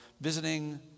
visiting